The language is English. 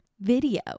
video